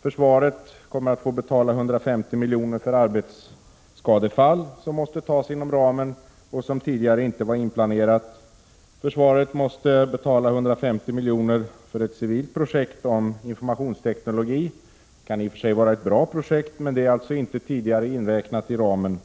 Försvaret kommer att få betala 150 milj.kr. för arbetsskadefall, som måste tas inom ramen och som tidigare inte var inplanerat. Försvaret måste betala 150 milj.kr. för ett civilt projekt om informationsteknologi. Det kan i och för sig vara ett bra projekt men är inte tidigare inräknat i ramen.